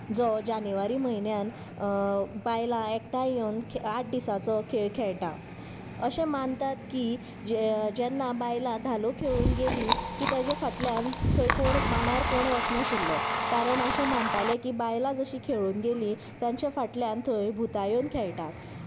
जो जानेवारी म्हयन्यान बायलां एकठांय येवन आठ दिसाचो खेळ खेळटा अशें मानतात की जे जेन्ना बायलां धालो खेळून गेलीं की ताच्या फाटल्यान थंय कोण मांडार कोण वचनाशिल्लो कारण अशें मानताले की बायलां जशीं खेळून गेलीं तांच्या फाटल्यान थंय भुताय येवन खेळटा